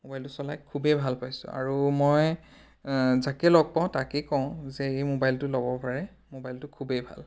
মোবাইলটো চলাই খুবেই ভাল পাইছোঁ আৰু মই যাকে লগ পাওঁ তাকে কওঁ যে এই মোবাইলটো ল'ব পাৰে মোবাইলটো খুবেই ভাল